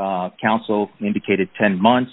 best counsel indicated ten months